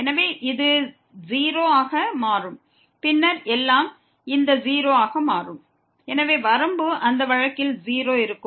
எனவே இது 0 ஆக மாறும் பின்னர் எல்லாம் இந்த 0 ஆக மாறும் எனவே வரம்பு அந்த வழக்கில் 0ஆக இருக்கும்